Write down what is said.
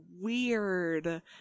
weird